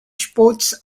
sports